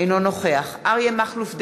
אינו נוכח אריה מכלוף דרעי,